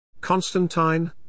Constantine